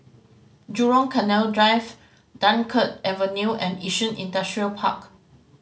Jurong Canal Drive Dunkirk Avenue and Yishun Industrial Park